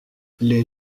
les